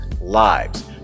lives